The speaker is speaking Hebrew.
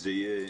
שזה יהיה